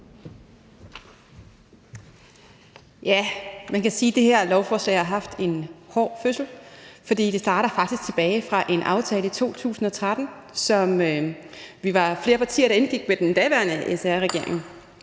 (V): Man kan sige, at det her lovforslag har haft en hård fødsel, for det startede faktisk med en aftale tilbage i 2013, som vi var flere partier der indgik med den daværende SR-regering.